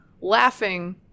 laughing